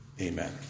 Amen